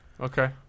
Okay